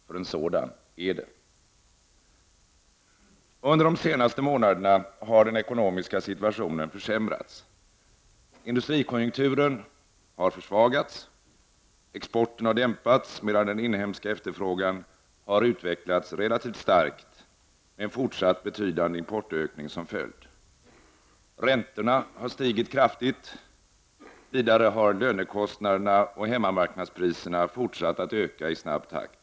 En sådan är det nämligen fråga om. ”Under de senaste månaderna har den ekonomiska situationen försämrats. Industrikonjunkturen har försvagats. Exporten har dämpats, medan den inhemska efterfrågan har utvecklats relativt starkt med en fortsatt betydande importökning som följd. Räntorna har stigit kraftigt. Vidare har lönekostnaderna och hemmamarknadspriserna fortsatt att öka i snabb takt.